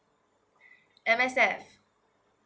M_S_F